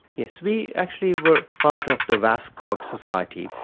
yes, we actually were part of the vascog society,